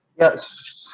yes